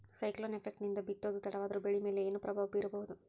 Cyclone effect ನಿಂದ ಬಿತ್ತೋದು ತಡವಾದರೂ ಬೆಳಿ ಮೇಲೆ ಏನು ಪ್ರಭಾವ ಬೀರಬಹುದು?